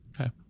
Okay